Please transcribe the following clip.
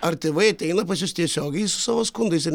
ar tėvai ateina pas jus tiesiogiai su savo skundais ir